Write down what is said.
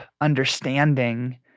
understanding